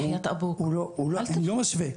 אני לא משווה,